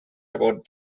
about